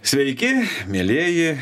sveiki mielieji